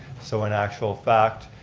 so in actual fact,